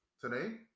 Today